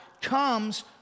comes